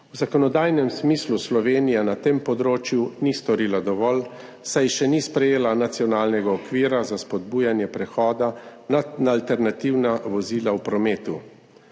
V zakonodajnem smislu Slovenija na tem področju ni storila dovolj, saj še ni sprejela nacionalnega okvira za spodbujanje prehoda na alternativna vozila v prometu.